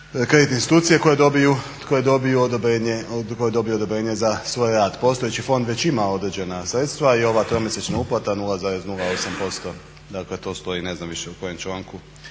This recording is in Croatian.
kreditne institucije koje dobiju odobrenje za svoj rad. Postojeći fond već ima određena sredstva i ova tromjesečna uplata 0,08% dakle to stoji ne znam više u kojem članku